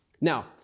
Now